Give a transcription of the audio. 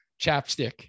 chapstick